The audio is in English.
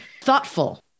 thoughtful